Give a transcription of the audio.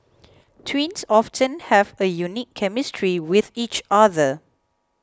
twins often have a unique chemistry with each other